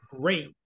great